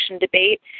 debate